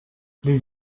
les